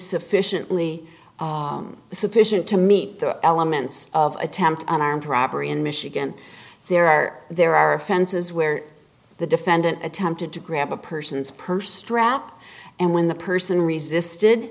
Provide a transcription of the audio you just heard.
sufficiently sufficient to meet the elements of attempt an armed robbery in michigan there are there are offenses where the defendant attempted to grab a person's purse strap and when the person resisted